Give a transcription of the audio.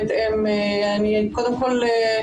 קודם כול,